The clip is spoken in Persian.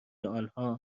آنها